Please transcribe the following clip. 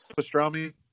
pastrami